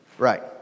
Right